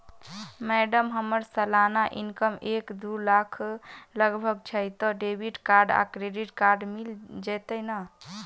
Madam हम्मर सलाना income एक दु लाख लगभग छैय तऽ डेबिट कार्ड आ क्रेडिट कार्ड मिल जतैई नै?